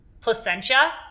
placentia